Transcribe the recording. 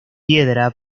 piedra